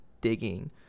digging